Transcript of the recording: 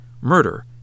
Murder